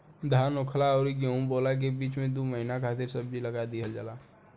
धान होखला अउरी गेंहू बोअला के बीच में दू महिना खातिर सब्जी लगा दिहल जाला